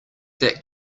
that